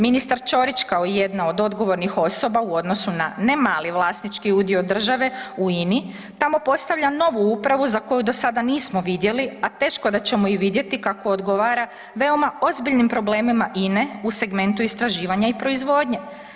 Ministar Ćorić kao jedna od odgovornih osoba u odnosu na ne mali vlasnički udio države u INI tamo postavlja novu upravu za koju do sada nismo vidjeli, a teško da ćemo i vidjeti kako odgovara veoma ozbiljnim problemima INE u segmentu istraživanja i proizvodnje.